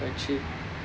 she